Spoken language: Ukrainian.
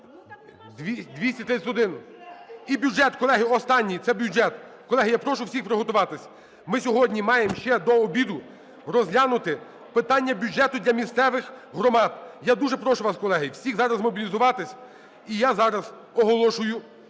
За-231 І бюджет, колеги, останній - це бюджет. Колеги, я прошу всіх приготуватись. Ми сьогодні маємо ще до обіду розглянути питання бюджету для місцевих громад. Я дуже прошу вас, колеги, всіх зараззмобілізуватись. І я зараз оголошую